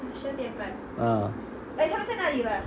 ah